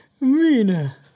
Mina